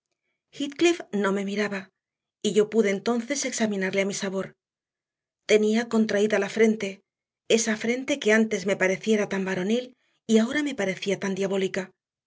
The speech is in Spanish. heathcliff no me miraba y yo pude entonces examinarle a mi sabor tenía contraída la frente esa frente que antes me pareciera tan varonil y ahora me parecía tan diabólica